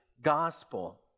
gospel